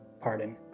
pardon